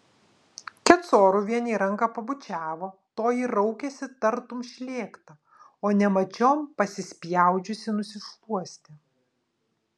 kecoriuvienei ranką pabučiavo toji raukėsi tartum šlėkta o nemačiom pasispjaudžiusi nusišluostė